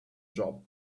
job